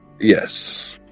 Yes